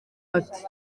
ati